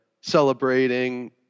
celebrating